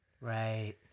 Right